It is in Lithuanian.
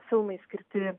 filmai skirti